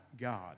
God